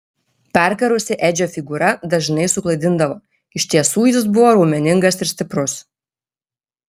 perkarusi edžio figūra dažnai suklaidindavo iš tiesų jis buvo raumeningas ir stiprus